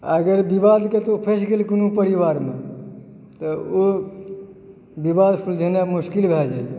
अगर विवाद केकरो फँस गेल कोनो परिवारमे तऽ ओ विवाद सुलझेनाइ मुश्किल भए जाइए